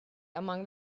among